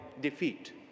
defeat